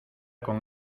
con